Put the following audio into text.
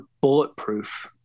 bulletproof